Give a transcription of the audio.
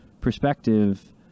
perspective